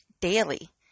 daily